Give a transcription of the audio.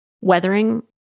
weathering